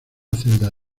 celda